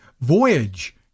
Voyage